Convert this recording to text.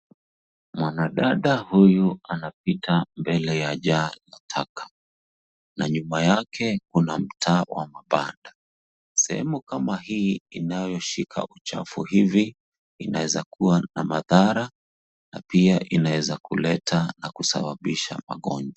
Mwanadada huyu anapika mbele ya jaa taka na nyuma yake Kuna mtaa wa mabanda. Sehemu kama hii inayoshikauchafu inaezakuwa na madhra na pia inaezakuleta na kusababisha magonjwa.